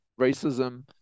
racism